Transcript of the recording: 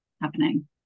happening